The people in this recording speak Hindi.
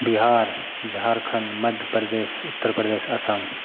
बिहार झारखंड मध्य प्रदेश उत्तर प्रदेश असम